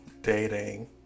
dating